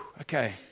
okay